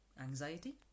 anxiety